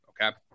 Okay